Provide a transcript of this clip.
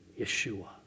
Yeshua